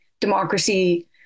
democracy